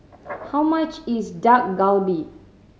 how much is Dak Galbi